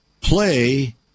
play